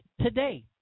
today